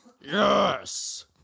yes